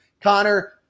Connor